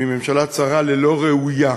מממשלה צרה ללא ראויה.